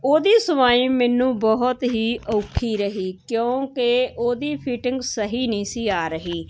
ਉਹਦੀ ਸਿਲਾਈ ਮੈਨੂੰ ਬਹੁਤ ਹੀ ਔਖੀ ਰਹੀ ਕਿਉਂਕਿ ਉਹਦੀ ਫਿਟਿੰਗ ਸਹੀ ਨਹੀਂ ਸੀ ਆ ਰਹੀ